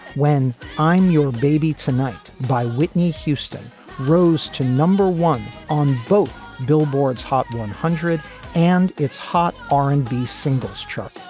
when i'm your baby tonight by whitney houston rose to number one on both billboard's hot one hundred and its hot r and b singles chart.